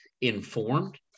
informed